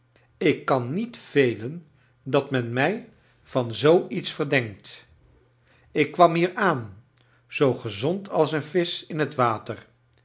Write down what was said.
ik kan niet velen dat men mij van zoo iets verdenkt ik kwam hier aan zoo gezond als een visch in het water